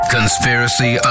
Conspiracy